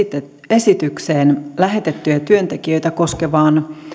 esitykseen lähetettyjä työntekijöitä koskevaan